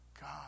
God